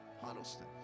Huddleston